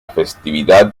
festividad